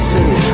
City